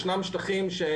ישנם שטחים,